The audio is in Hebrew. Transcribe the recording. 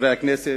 חברי הכנסת,